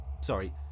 sorry